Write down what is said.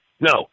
No